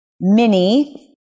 mini